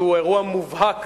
שהוא אירוע מובהק